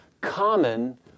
common